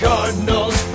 Cardinals